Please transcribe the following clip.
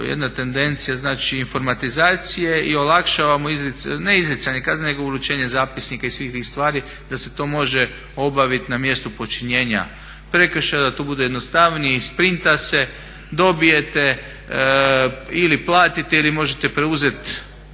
jedna tendencija informatizacije i olakšavamo ne izricanje kazne nego uručenje zapisnika i svih tih stvari da se to može obaviti na mjestu počinjenja prekršaja da to bude jednostavnije, isprinta se dobijete ili platite ili možete preuzeti